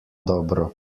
dobro